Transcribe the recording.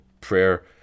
prayer